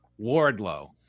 Wardlow